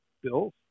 bills